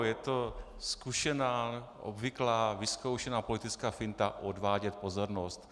Je to zkušená, obvyklá, vyzkoušená politická finta odvádět pozornost.